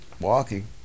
walking